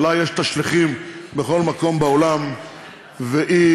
שלה יש השליחים בכל מקום בעולם והיא